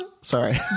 Sorry